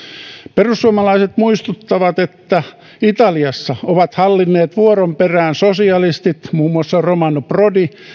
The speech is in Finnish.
perussuomalaiset muistuttavat että italiassa ovat hallinneet vuoron perään sosialistit muun muassa romano prodi